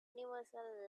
universal